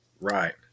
Right